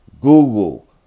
Google